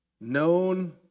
known